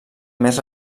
més